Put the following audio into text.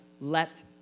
Let